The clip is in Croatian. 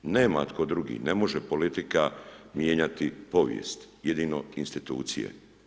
Nema tko drugi, ne može politika mijenjati povijest, jedino institucije.